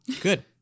good